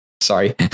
Sorry